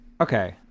okay